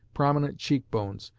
prominent cheek bones,